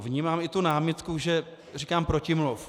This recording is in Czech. Vnímám i tu námitku, že říkám protimluv.